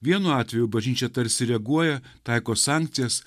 vienu atveju bažnyčia tarsi reaguoja taiko sankcijas